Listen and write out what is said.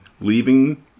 leaving